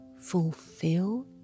fulfill